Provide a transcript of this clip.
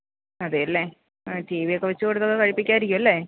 അതെ അല്ലെ ആ ടിവിയൊക്കെ വച്ചു കൊടുത്തൊക്കെ കഴിപ്പിക്കുമായിരിക്കും അല്ലേ